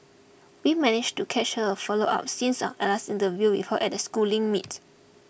we managed to catch her for a follow up since our last interview with her at a schooling meet